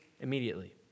immediately